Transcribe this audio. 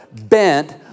bent